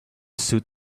suit